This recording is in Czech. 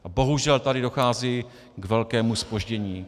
A bohužel tady dochází k velkému zpoždění.